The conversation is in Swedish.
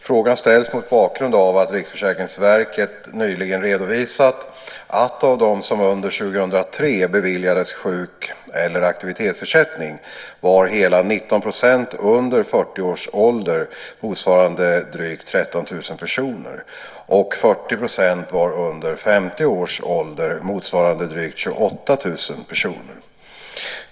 Frågan ställs mot bakgrund av att Riksförsäkringsverket nyligen redovisat att av dem som under 2003 beviljades sjuk eller aktivitetsersättning var hela 19 % under 40 år - motsvarande drygt 13 000 personer - och 40 % under 50 år, motsvarande drygt 28 000 personer.